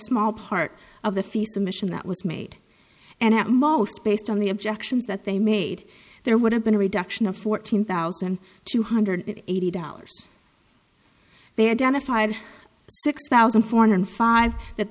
small part of the fisa mission that was made and at most based on the objections that they made there would have been a reduction of fourteen thousand two hundred eighty dollars they identified six thousand four hundred five that